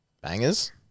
Bangers